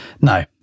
no